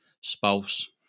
spouse